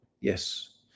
Yes